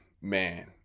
man